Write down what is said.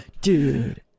Dude